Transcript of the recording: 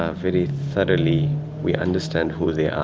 ah very thoroughly we understand who they are,